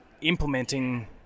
implementing